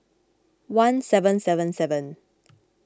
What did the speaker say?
one seven seven seven